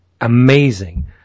amazing